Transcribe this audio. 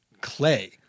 clay